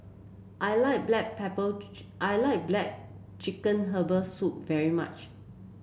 I like Black Pepper I like black chicken Herbal Soup very much